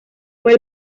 fue